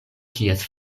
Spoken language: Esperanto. kies